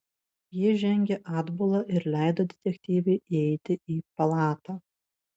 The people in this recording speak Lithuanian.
ji žengė atbula ir leido detektyvei įeiti į palatą